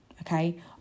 Okay